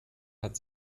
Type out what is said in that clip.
hat